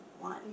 one